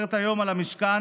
ששוררת היום במשכן,